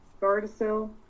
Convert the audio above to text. Gardasil